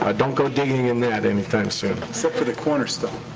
ah don't go digging in that anytime soon. except for the cornerstone.